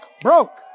broke